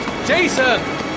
Jason